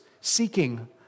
seeking